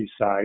side